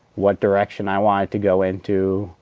what direction i wanted to go into.